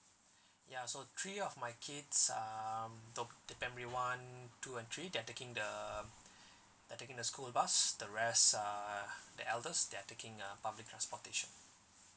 ya so three of my kids um top~ the primary one two and three they're taking the they're taking the school bus the rest uh the elders they're taking a public transportation